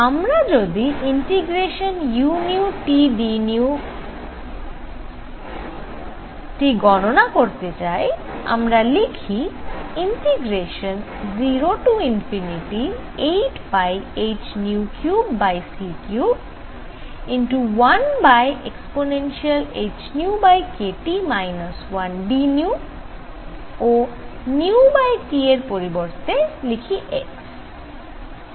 আমরা যদি ∫udν integration গণনা করতে চাই আমরা লিখি ∫08πhν3c31 ehνkT 1dν ও Tএর পরিবর্তে লিখি x